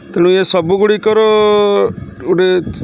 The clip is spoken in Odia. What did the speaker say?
ତେଣୁ ଏସବୁଗୁଡ଼ିକର ଗୋଟେ